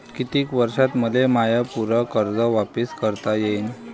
कितीक वर्षात मले माय पूर कर्ज वापिस करता येईन?